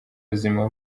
buzima